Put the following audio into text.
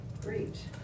Great